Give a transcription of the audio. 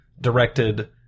directed